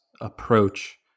approach